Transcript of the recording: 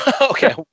okay